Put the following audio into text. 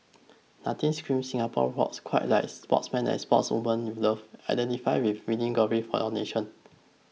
nothing screams Singapore rocks quite like sportsmen and sportswomen you love identify with winning glory for your nation